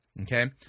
Okay